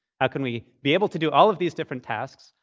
how can we be able to do all of these different tasks,